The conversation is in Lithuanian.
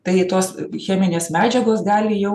tai tos cheminės medžiagos gali jau